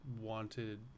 wanted